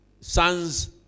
sons